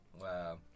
Wow